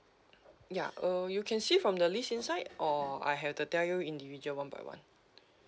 ya uh you can see from the list inside or I have to tell you individual one by one